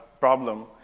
problem